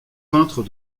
peintre